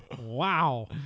Wow